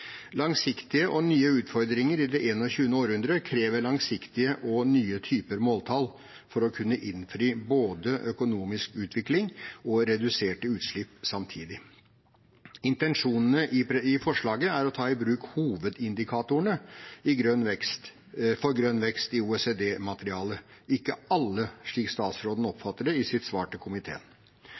Langsiktige og nye utfordringer i det 21. århundre krever langsiktige og nye typer måltall for å kunne innfri både økonomisk utvikling og reduserte utslipp samtidig. Intensjonene i forslaget er å ta i bruk hovedindikatorene for grønn vekst i OECD-materialet, ikke alle, slik statsråden oppfattet det i sitt svar til komiteen.